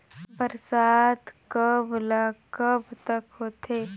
बरसात कब ल कब तक होथे?